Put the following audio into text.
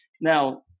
Now